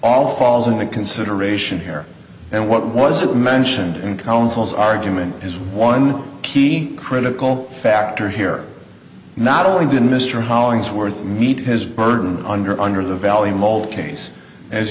all falls into consideration here and what wasn't mentioned in counsel's argument is one key critical factor here not only did mr hollingsworth meet his burden under under the valley mold